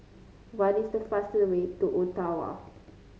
what is the fastest way to Ottawa